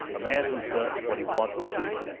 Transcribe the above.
a man who does what he wants to do,